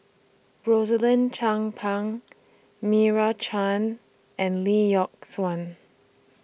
Rosaline Chan Pang Meira Chand and Lee Yock Suan